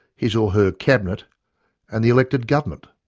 his or her cabinet and the elected government?